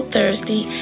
Thursday